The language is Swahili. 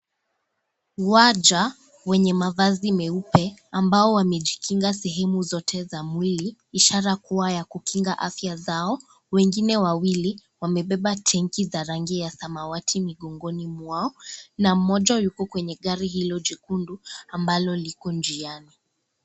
Waja wenye mavazi meupe ambao wamejikinga sehemu zote za mwili